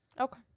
Okay